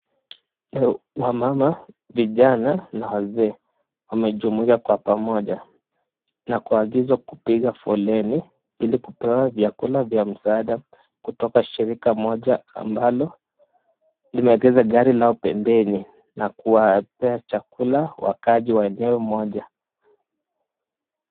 Wamama, vijana na wazee wamejumuika kwa pamoja na kuangizwa kupiga foleni ili kupewa vyakula vya msaada kutoka shirika moja ambalo limeegeza gari lao pembeni na kuwapea chakula wakaaji wa eneo moja.